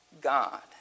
God